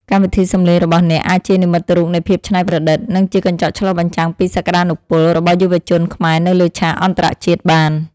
កម្មវិធីសំឡេងរបស់អ្នកអាចជានិមិត្តរូបនៃភាពច្នៃប្រឌិត និងជាកញ្ចក់ឆ្លុះបញ្ចាំងពីសក្តានុពលរបស់យុវជនខ្មែរនៅលើឆាកអន្តរជាតិបាន។